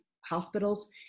hospitals